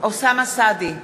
אוסאמה סעדי,